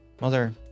mother